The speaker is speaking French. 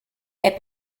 est